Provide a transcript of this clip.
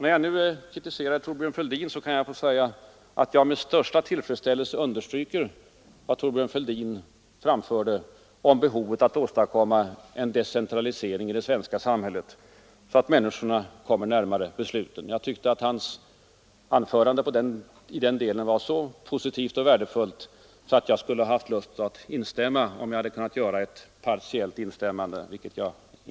När jag nu kritiserat Thorbjörn Fälldin vill jag också säga att jag med största tillfredsställelse understryker vad Thorbjörn Fälldin sade om behovet att åstadkomma en decentralisering i det svenska samhället, så att människorna kommer närmare besluten. Jag tyckte att hans anförande i den delen var så positivt och värdefullt att jag skulle ha instämt, om det hade varit möjligt att göra ett partiellt instämmande.